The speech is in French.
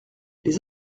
les